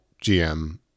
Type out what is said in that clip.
GM